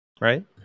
right